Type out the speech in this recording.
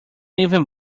even